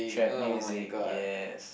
Trap music yes